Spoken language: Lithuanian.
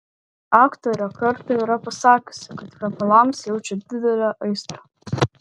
aktorė kartą yra pasakiusi kad kvepalams jaučia didelę aistrą